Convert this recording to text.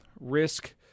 Risk